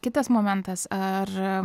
kitas momentas ar